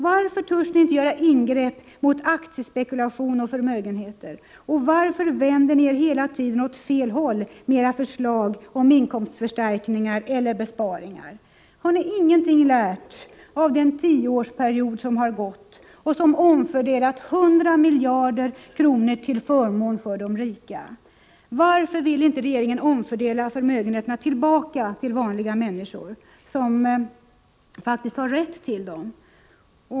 Varför törs ni inte angripa aktiespekulation och förmögenheter, och varför vänder ni er hela tiden åt fel håll med era förslag om inkomstförstärkningar eller besparingar? Har ni ingenting lärt under den tioårsperiod som har gått och då det omfördelats hundra miljarder kronor till förmån för de rika? Varför vill inte regeringen omfördela förmögenheterna tillbaka till vanliga människor, som faktiskt har rätt till dem?